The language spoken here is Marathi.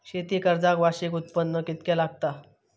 शेती कर्जाक वार्षिक उत्पन्न कितक्या लागता?